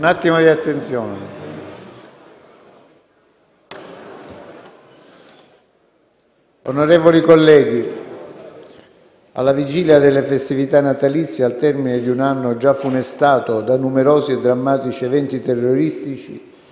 tutta l'Assemblea)* Onorevoli colleghi, alla vigilia delle festività natalizie, al termine di un anno già funestato da numerosi e drammatici eventi terroristici,